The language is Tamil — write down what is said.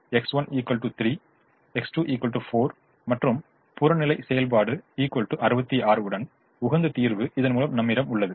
X1 3 X2 4 மற்றும் புறநிலை செயல்பாடு 66 உடன் உகந்த தீர்வு இதன்முலம் நம்மிடம் உள்ளது